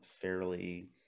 fairly